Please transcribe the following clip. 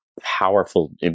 powerful